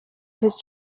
his